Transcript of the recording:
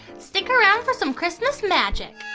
stick around for some christmas magic!